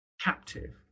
captive